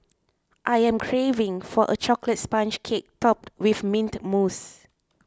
I am craving for a Chocolate Sponge Cake Topped with Mint Mousse